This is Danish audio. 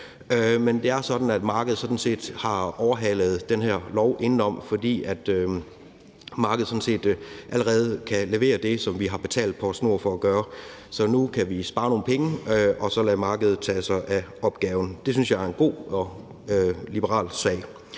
Men det er sådan, at markedet sådan set har overhalet den her lov indenom, fordi markedet allerede kan levere det, som vi har betalt PostNord for at gøre. Så nu kan vi spare nogle penge og så lade markedet tage sig af opgaven. Det synes jeg er en god og liberal sag.